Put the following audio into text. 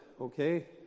okay